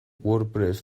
wordpress